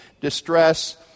distress